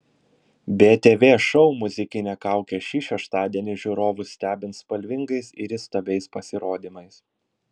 btv šou muzikinė kaukė šį šeštadienį žiūrovus stebins spalvingais ir įstabiais pasirodymais